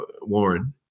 Warren